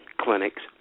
clinics